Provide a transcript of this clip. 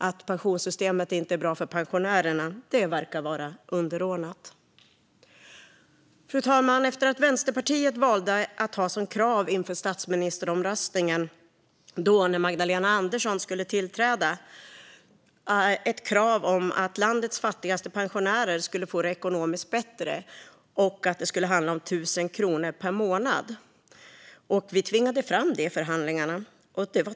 Att pensionssystemet inte är bra för pensionärerna verkar vara underordnat. Fru talman! Inför statsministeromröstningen när Magdalena Andersson skulle tillträda valde Vänsterpartiet att ha som krav att landets fattigaste pensionärer skulle få det ekonomiskt bättre. Det skulle handla om 1 000 kronor per månad skattefritt, och vi tvingade fram det i förhandlingarna.